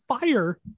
fire